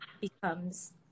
becomes